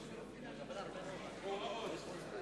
הוראות.